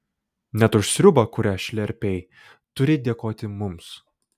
net už sriubą kurią šlerpei turi dėkoti mums